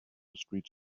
streets